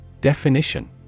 Definition